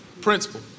Principle